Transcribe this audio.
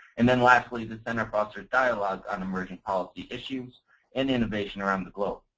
and then lastly the center foster dialogue on emerging policy issues and innovation around the globe.